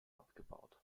abgebaut